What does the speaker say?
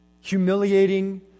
humiliating